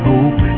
Hope